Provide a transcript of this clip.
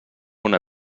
una